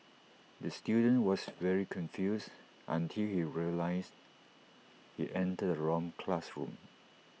the student was very confused until he realised he entered the wrong classroom